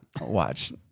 watch